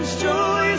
Joy